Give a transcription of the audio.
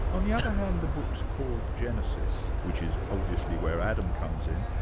on the other hand the book's called genesis, which is obviously where adam comes in,